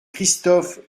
christophe